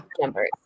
numbers